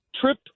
trip